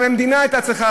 המדינה הייתה צריכה,